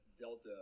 Delta